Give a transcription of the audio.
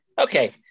Okay